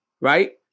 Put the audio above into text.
Right